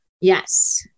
yes